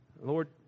lord